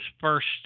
first